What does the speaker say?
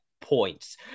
points